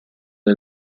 del